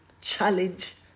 challenge